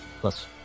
plus